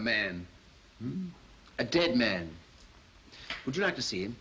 man a dead man would you like to see